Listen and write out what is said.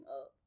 up